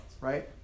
right